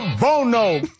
Bono